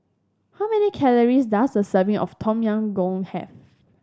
how many calories does a serving of Tom Yam Goong have